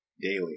daily